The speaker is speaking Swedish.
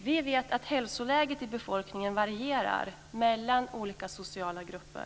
Vi vet att hälsoläget i befolkningen varierar mellan olika sociala grupper.